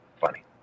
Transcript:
Funny